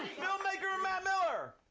filmmaker matt miller.